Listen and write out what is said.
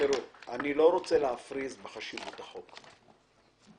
אני לא רוצה להפריז בחשיבות הצעת החוק.